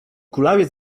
kulawiec